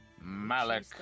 Malik